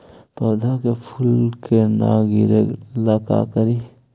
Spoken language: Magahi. पौधा के फुल के न गिरे ला का करि?